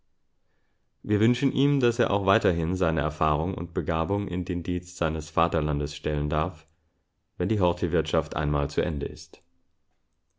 wir wünschen ihm daß er auch weiterhin seine erfahrung und begabung in den dienst seines vaterlandes stellen darf wenn die horthy-wirtschaft einmal zu ende ist